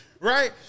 Right